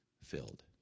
filled